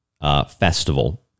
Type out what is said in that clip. festival